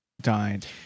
died